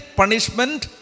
punishment